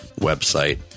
website